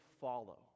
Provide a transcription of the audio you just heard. follow